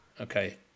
Okay